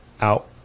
out